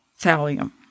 thallium